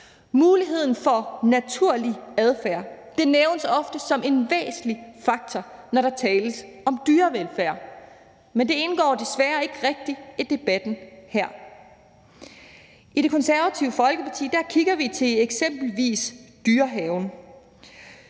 Muligheden for naturlig adfærd nævnes ofte som en væsentlig faktor, når der tales om dyrevelfærd, men det indgår desværre ikke rigtig i debatten her. I Det Konservative Folkeparti kigger vi til eksempelvis Dyrehaven.